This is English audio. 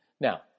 Now